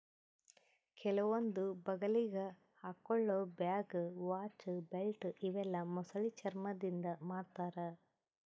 ಕೆಲವೊಂದ್ ಬಗಲಿಗ್ ಹಾಕೊಳ್ಳ ಬ್ಯಾಗ್, ವಾಚ್, ಬೆಲ್ಟ್ ಇವೆಲ್ಲಾ ಮೊಸಳಿ ಚರ್ಮಾದಿಂದ್ ಮಾಡ್ತಾರಾ